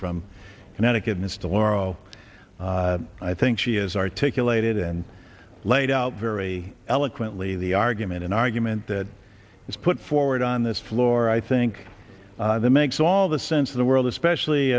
from connecticut and still are oh i think she has articulated and laid out very eloquently the argument an argument that is put forward on this floor i think that makes all the sense in the world especially